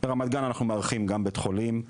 ברמת גן אנחנו מארחים גם בית חולים,